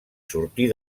sortir